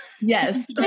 yes